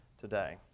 today